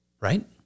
Right